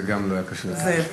זה גם לא היה קשור לתוכן.